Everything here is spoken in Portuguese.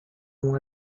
uma